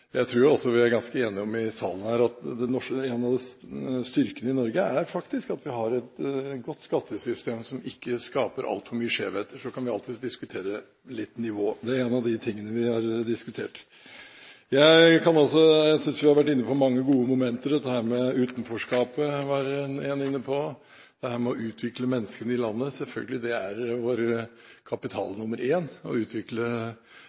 jeg tror at vi er ganske enige her i salen om at en av styrkene i Norge faktisk er at vi har et godt skattesystem som ikke skaper altfor mange skjevheter. Så kan vi alltid diskutere nivået litt. Det er en av de tingene vi har diskutert. Jeg synes vi har vært inne på mange gode momenter. En var inne på utenforskapet, og det å utvikle menneskene i landet er selvfølgelig vår kapital nr. 1. Det er